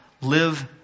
live